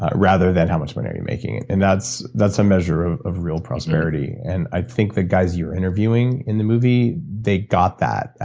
ah rather than how much money are you making, and that's that's a measure of of real prosperity. and it think the guys you're interviewing in the movie, they got that.